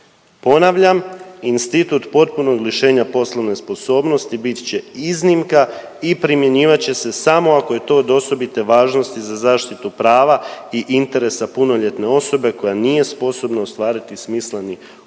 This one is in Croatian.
Ponavljam, institut potpunog lišenja poslovne sposobnosti bit će iznimka i primjenjivat će se samo ako je to od osobite važnosti za zaštitu prava i interesa punoljetne osobe koja nije sposobna ostvariti smisleni kontakt